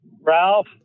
Ralph